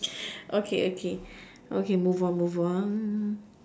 okay okay okay move on move on